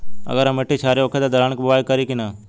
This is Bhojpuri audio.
अगर मिट्टी क्षारीय होखे त दलहन के बुआई करी की न?